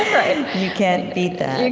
um can't beat that